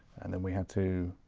and then we had to